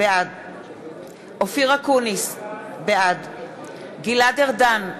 בעד אופיר אקוניס, בעד גלעד ארדן,